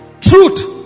Truth